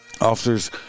Officers